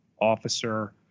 officer